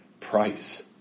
price